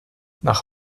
nach